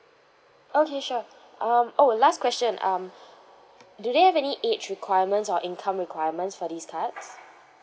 okay sure um oh last question um do they have any age requirements or income requirements for these cards